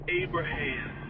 Abraham